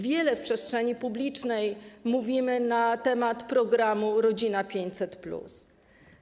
Wiele w przestrzeni publicznej mówimy na temat programu ˝Rodzina 500+˝